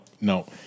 no